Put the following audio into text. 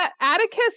Atticus